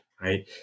right